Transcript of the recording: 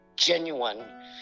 genuine